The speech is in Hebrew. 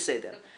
בסדר.